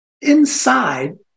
Inside